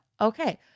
Okay